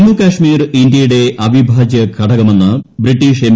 ജമ്മു കാശ്മീർ ഇന്ത്യയുടെ അവിഭാജൃ ഘടകമെന്ന് ബ്രിട്ടീഷ് ന് എം